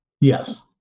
Yes